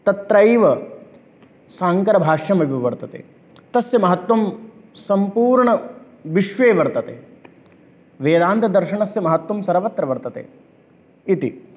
तत्रैव शाङ्करभाष्यमपि वर्तते तस्य महत्त्वं सम्पूर्णविश्वे वर्तते वेदान्तदर्शनस्य महत्त्वं सर्वत्र वर्तते इति